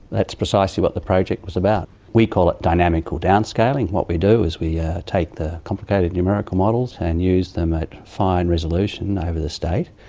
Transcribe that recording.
that's precisely what the project was about. we call it dynamical downscaling. what we do is we take the complicated numerical models and use them at fine resolution over the state,